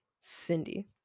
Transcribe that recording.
Cindy